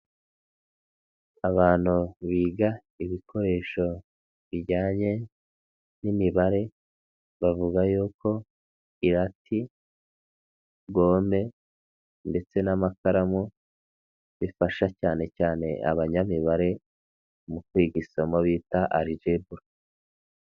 Abantu biga ibikoresho bijyanye n'imibare, bavuga yuko: irati, gome ndetse n'amakaramu bifasha cyane cyane abanyamibare, mu kwiga isomo bita Arijebura.